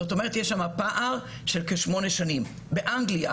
זאת אומרת, יש פער של כשמונה שנים, באנגליה